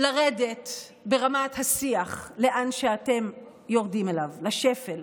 לרדת ברמת השיח לאן שאתם יורדים אליו, לשפל.